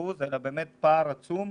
10%-20%, אלא באמת פער עצום.